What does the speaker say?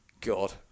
God